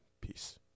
peace